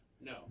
No